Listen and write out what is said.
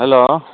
hello